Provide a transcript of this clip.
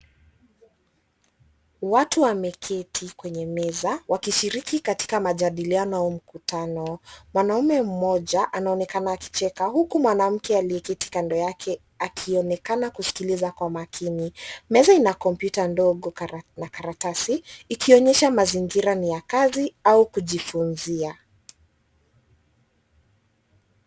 Watu wameketi kwenye meza wakishiriki katika majadiliano au mkutano. Mwanaume mmoja anaonekana akicheka huku mwanamke aliyeketi kando yake akionekana kusikiliza kwa makini. Meza ina kompyuta ndogo na karatasi ikionyesha mazingira ni ya kazi au kujifunzia.